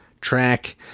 track